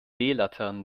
laternen